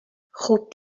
خوب